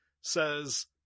says